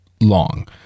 long